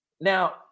Now